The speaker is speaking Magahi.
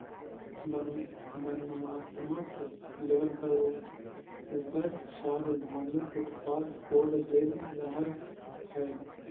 वर्णात्मक लेबल पर उपर सार्वभौमिक उत्पाद कोड देल रहअ हई